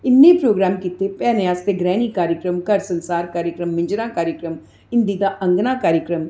इन्नै प्रोग्राम कीते भैनें आस्तै ग्रैह्णी कार्यक्रम घर संसार कार्यक्रम मिंजरा कार्यक्रम हिंदी दा आंगना कार्यक्रम